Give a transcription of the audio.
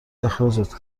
اخراجت